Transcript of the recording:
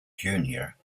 junior